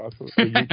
awesome